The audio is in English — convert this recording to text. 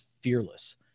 fearless